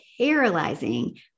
paralyzing